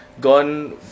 gone